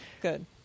Good